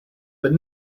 but